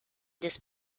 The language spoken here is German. des